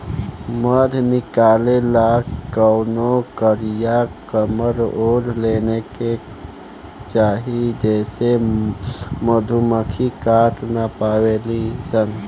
मध निकाले ला कवनो कारिया कमर ओढ़ लेवे के चाही जेसे मधुमक्खी काट ना पावेली सन